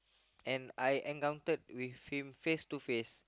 and I encountered with him face to face